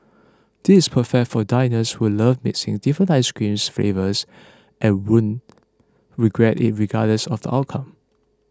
this perfect for diners who love mixing different ice creams flavours and won't regret it regardless of the outcome